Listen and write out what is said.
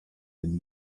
been